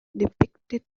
depicted